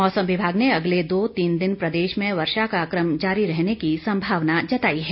मौसम विभाग ने अगले दो तीन दिन प्रदेश में वर्षा का क्र म जारी रहने की संभावना जताई है